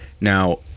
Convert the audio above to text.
Now